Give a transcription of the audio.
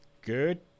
good